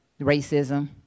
racism